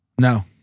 No